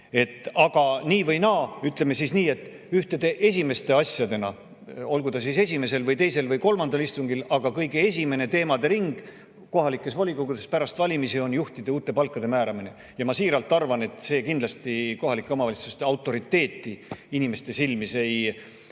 Aga nii või naa, ütleme siis nii, et ühe esimese asjana, olgu ta siis esimesel, teisel või kolmandal istungil, kõige esimene teemade ring kohalikes volikogudes pärast valimisi on juhtide uute palkade määramine. Ma siiralt arvan, et see kohalike omavalitsuste autoriteeti inimeste silmis